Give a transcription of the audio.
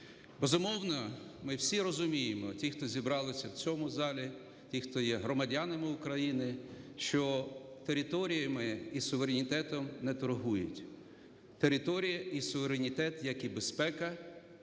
Безумовно, ми всі розуміємо, ті, хто зібралися в цьому залі, ті, хто є громадянами України, що територіями і суверенітетом не торгують. Територія і суверенітет, як і безпека,